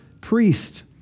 priest